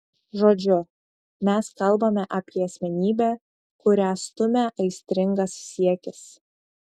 žodžiu mes kalbame apie asmenybę kurią stumia aistringas siekis